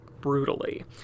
brutally